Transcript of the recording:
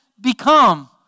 become